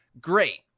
great